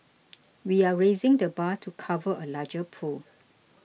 we are raising the bar to cover a larger pool